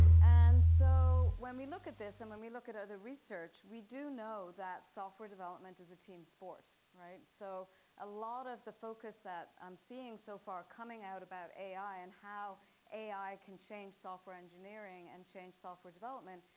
and so when we look at this and when we look at other research, we do know that software development is a team sport. so a lot of the focus that i'm seeing so far coming out about ai and how ai can change software engineering, and change software development,